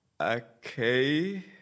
Okay